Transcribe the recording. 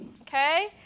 okay